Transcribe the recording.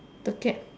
the cat